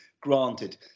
granted